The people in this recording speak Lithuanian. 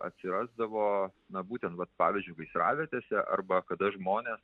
atsirasdavo na būtent vat pavyzdžiui gaisravietėse arba kada žmonės